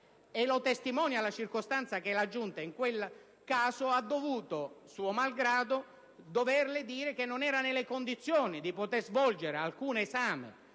Lo testimonia la circostanza che la Giunta, in quel caso, le ha dovuto, suo malgrado, dire di non essere nelle condizioni di poter svolgere alcun esame